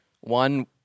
one